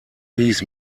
hieß